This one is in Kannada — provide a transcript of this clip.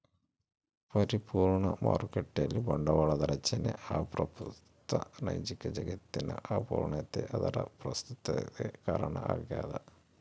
ಪರಿಪೂರ್ಣ ಮಾರುಕಟ್ಟೆಯಲ್ಲಿ ಬಂಡವಾಳದ ರಚನೆ ಅಪ್ರಸ್ತುತ ನೈಜ ಜಗತ್ತಿನ ಅಪೂರ್ಣತೆ ಅದರ ಪ್ರಸ್ತುತತಿಗೆ ಕಾರಣ ಆಗ್ಯದ